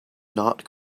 not